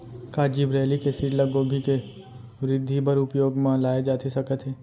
का gibberellic acid ल गोभी के वृद्धि बर उपयोग म लाये जाथे सकत हे?